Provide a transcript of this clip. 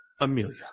Amelia